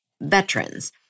veterans